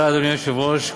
אדוני היושב-ראש,